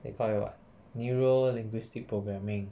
they call it what neuro-linguistic programming